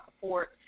support